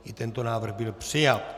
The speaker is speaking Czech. I tento návrh byl přijat.